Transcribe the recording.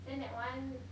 then that one